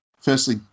Firstly